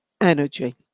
energy